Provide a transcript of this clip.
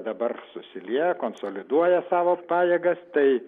dabar susilieja konsoliduoja savo pajėgas tai